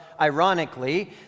ironically